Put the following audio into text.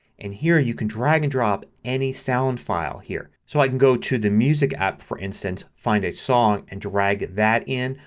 and here you can drag and drop any sound file here. so i can go to the music app for instance and find a song and drag that in.